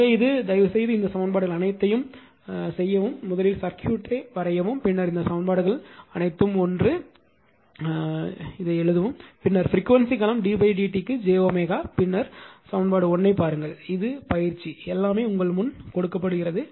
எனவே இது தயவுசெய்து இந்த சமன்பாடுகள் அனைத்தையும் உருவாக்கவும் முதலில் சர்க்யூட்டை வரையவும் பின்னர் இந்த சமன்பாடுகள் அனைத்தும் ஒன்று ஒன்று அல் எழுதவும் பின்னர் பிரிக்வேன்சி களம் ddt j பின்னர் பின்னர் சமன்பாடு 1 ஐப் பாருங்கள் இது பயிற்சி எல்லாமே உங்கள் முன் கொடுக்கப்படுகிறது